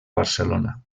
barcelona